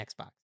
Xbox